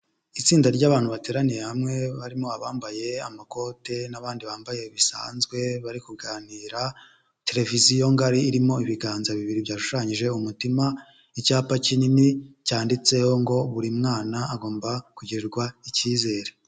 Itsinda ry'abantu bateraniye hamwe, barimo abambaye amakote n'abandi bambaye bisanzwe bari kuganira, televiziyo ngari irimo ibiganza bibiri byashushanyije umutima, icyapa kinini cyanditseho ngo buri mwana agomba kugirirwa icyizere.